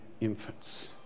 infants